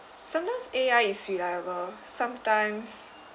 sometimes A_I is reliable sometimes